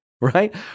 right